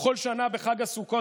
בכל שנה בחג הסוכות,